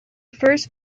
first